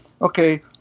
okay